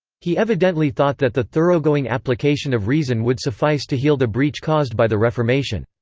he evidently thought that the thoroughgoing application of reason would suffice to heal the breach caused by the reformation.